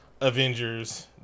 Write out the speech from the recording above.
Avengers